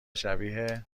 شبیه